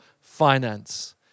finance